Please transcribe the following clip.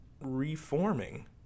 reforming